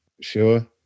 sure